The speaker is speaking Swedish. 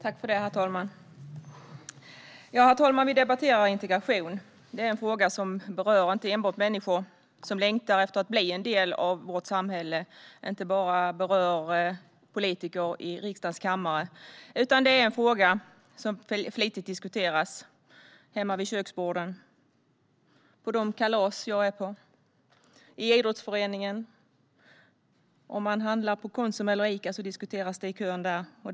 Herr talman! Vi debatterar integration. Det är en fråga som berör de människor som längtar efter att bli en del av vårt samhälle, inte enbart politiker i riksdagens kammare. Det är en fråga som diskuteras flitigt hemma vid köksborden, på de kalas jag går på, i idrottsföreningen och i kön på Konsum eller Ica, om man handlar där.